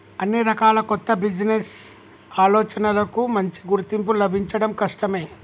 అన్ని రకాల కొత్త బిజినెస్ ఆలోచనలకూ మంచి గుర్తింపు లభించడం కష్టమే